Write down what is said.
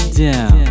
down